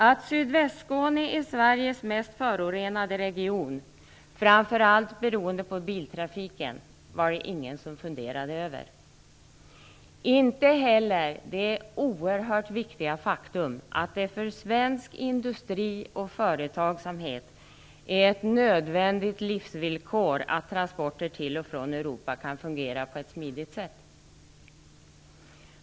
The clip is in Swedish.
Att Sydvästskåne är Sveriges mest förorenade region, framför allt beroende på biltrafiken, var det ingen som funderade över. Inte heller funderade man över det oerhört viktiga faktum att det för svensk industri och företagsamhet är ett nödvändigt livsvillkor att transporter till och från Europa kan fungera på ett smidigt sätt.